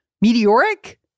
meteoric